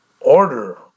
order